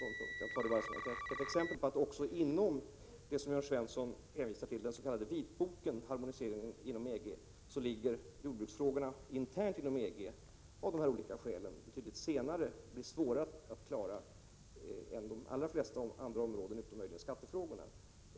Jag nämner denna fråga bara som ett exempel på att också beträffande det som Jörn Svensson hänvisar till, den s.k. vitboken beträffande harmonisering inom EG, ligger jordbruksfrågorna internt inom EG betydligt senare och är svårare att klara också inom EG självt än frågor på de allra flesta andra områden, utom möjligen skatteområdet.